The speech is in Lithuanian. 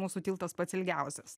mūsų tiltas pats ilgiausias